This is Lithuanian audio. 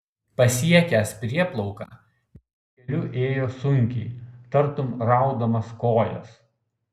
pasiekęs prieplauką miškeliu ėjo sunkiai tartum raudamas kojas